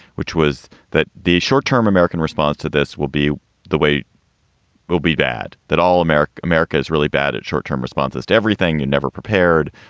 which was that the short term american response to this will be the way it will be bad that all america america is really bad at short term responses to everything and never prepared.